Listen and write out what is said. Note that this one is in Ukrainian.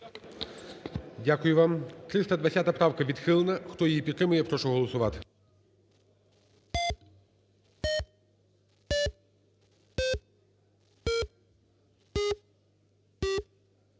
Дякую вам. 320 правка відхилена. Хто її підтримує, я прошу голосувати.